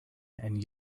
and